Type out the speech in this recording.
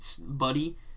buddy